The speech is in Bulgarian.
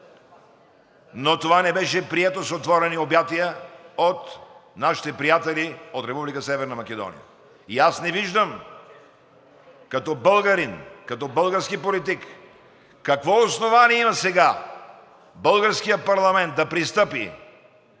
Но това не беше прието с отворени обятия от нашите приятели от Република Северна Македония. И аз не виждам като българин, като български политик какво основание има сега българският парламент да пристъпи